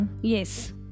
Yes